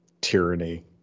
tyranny